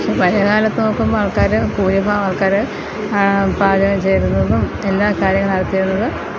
പക്ഷേ പഴയകാലത്ത് നോക്കുമ്പോൾ ആൾക്കാർ ഭൂരിഭാഗം ആൾക്കാർ പാചകം ചെയ്യുന്നതും എല്ലാ കാര്യങ്ങൾ നടത്തിയിരുന്നത്